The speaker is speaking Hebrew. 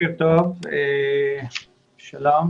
בוקר טוב, שלום.